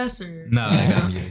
No